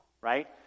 right